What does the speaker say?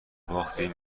باختیم